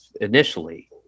initially